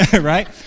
Right